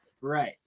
Right